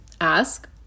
ask